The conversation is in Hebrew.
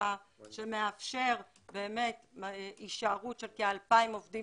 חקיקה שמאפשר הישארות של כ-2,000 עובדים